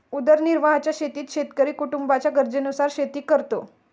उदरनिर्वाहाच्या शेतीत शेतकरी कुटुंबाच्या गरजेनुसार शेती करतो